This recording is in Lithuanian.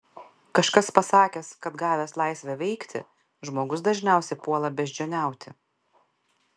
kažkas pasakęs kad gavęs laisvę veikti žmogus dažniausiai puola beždžioniauti